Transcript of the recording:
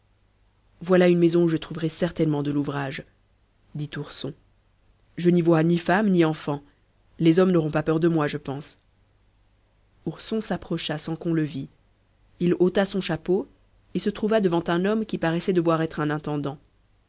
voilà une maison où je trouverai certainement de l'ouvrage dit ourson je n'y vois ni femmes ni enfants les hommes n'auront pas peur de moi je pense ourson s'approcha sans qu'on le vit il ôta son chapeau et se trouva devant un homme qui paraissait devoir être un intendant